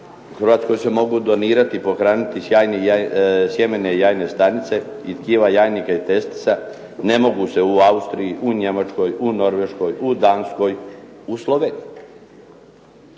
Hrvatskoj se mogu donirati, pohraniti sjemene jajne stanice i tkiva jajnika i testisa. Ne mogu se u Austriji, u Njemačkoj, u Norveškoj, u Danskoj, u Sloveniji.